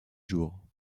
jours